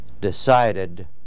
decided